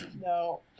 No